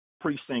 precinct